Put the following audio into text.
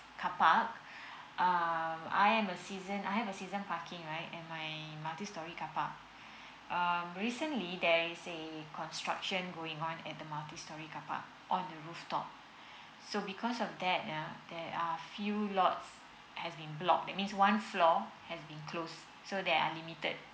carpark um I'm a season I have season parking right and my multi storey carpark um recently there is a construction going on at the multi storey carpark on the roof top so because of that uh there are few lots has been block that means one floor has been closed so there are limited